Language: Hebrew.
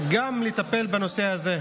לטפל גם בנושא הזה,